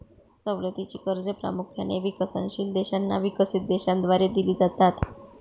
सवलतीची कर्जे प्रामुख्याने विकसनशील देशांना विकसित देशांद्वारे दिली जातात